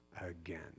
again